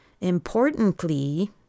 Importantly